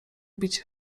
bić